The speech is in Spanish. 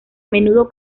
menudo